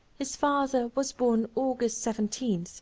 his father was born august seventeen,